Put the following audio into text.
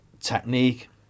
Technique